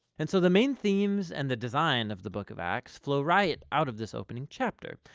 and so, the main themes and the design of the book of acts flow right out of this opening chapter.